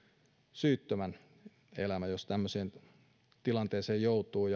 syyttömän elämä jos tämmöiseen tilanteeseen joutuu